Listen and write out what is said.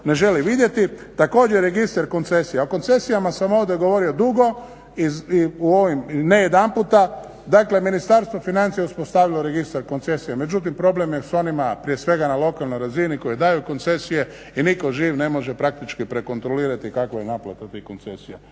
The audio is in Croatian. ne želi vidjeti. Također registar koncesija. A o koncesijama sam ovdje govorio dugo i ne jedanputa, dakle Ministarstvo financija je uspostavilo registar koncesija, međutim problem je s onima prije svega na lokalnoj razini koji daju koncesije i nitko živ ne može praktički prekontrolirati kakva je naplata tih koncesija.